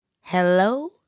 hello